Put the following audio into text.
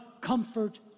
comfort